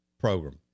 program